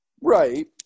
Right